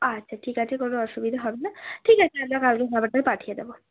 আচ্ছা ঠিক আছে কোনো অসুবিধা হবে না ঠিক আছে আমরা কালকে খাবারটা পাঠিয়ে দেবো